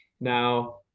Now